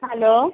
hello